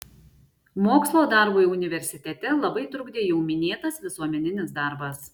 mokslo darbui universitete labai trukdė jau minėtas visuomeninis darbas